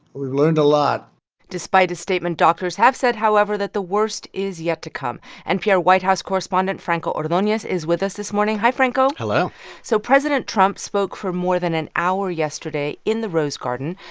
we've learned a lot despite his statement, doctors have said, however, that the worst is yet to come npr white house correspondent franco ordonez is with us this morning. hi, franco hello so president trump spoke for more than an hour yesterday in the rose garden.